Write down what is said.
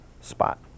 spot